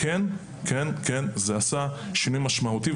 זה עשה שינוי משמעותי.